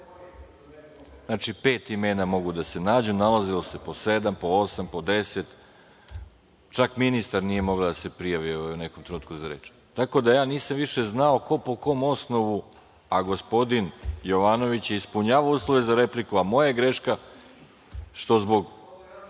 Znači, pet imena mogu da se nađu. Nalazilo se po sedam, osam, po 10. Čak ministar nije mogla da se prijavi u nekom trenutku za reč. Tako da, ja više nisam znao ko po kom osnovu, a gospodin Jovanović je ispunjavao uslove za repliku. Moja je greška što zbog